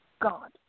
God